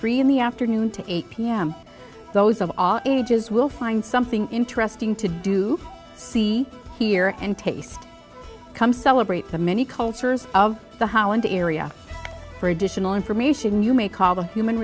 three in the afternoon to eight pm those of all ages will find something interesting to do see hear and taste come celebrate the many cultures of the area for additional information you may call the human